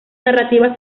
narrativa